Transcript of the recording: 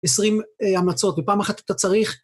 עשרים המלצות, בפעם אחת אתה צריך...